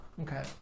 okay